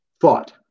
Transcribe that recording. thought